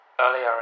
Earlier